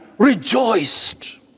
Rejoiced